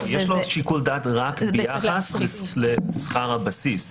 יש לו שיקול דעת רק ביחס לשכר הבסיס.